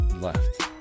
left